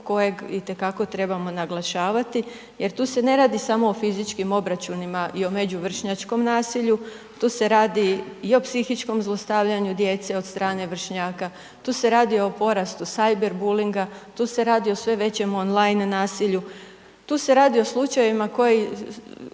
kojeg itekako trebamo naglašavati jer tu se ne radi samo o fizičkim obračunima i o međuvršnjačkom nasilju, tu se radi i o psihičkom zlostavljanju djece od strane vršnjaka, tu se radi o porastu cyberbullyinga, tu se radi o sve većem online nasilju, tu se radi o slučajevima koji